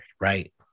right